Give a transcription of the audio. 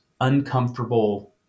uncomfortable